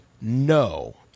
no